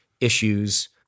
issues